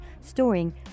storing